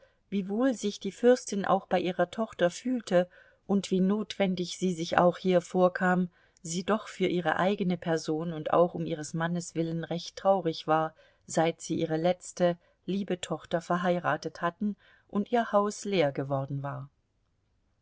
wohl sich die fürstin auch bei ihrer tochter fühlte und wie notwendig sie sich auch hier vorkam sie doch für ihre eigene person und auch um ihres mannes willen recht traurig war seit sie ihre letzte liebe tochter verheiratet hatten und ihr haus leer geworden war